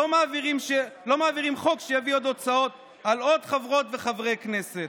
לא מעבירים חוק שיביא עוד הוצאות על עוד חברות וחברי כנסת".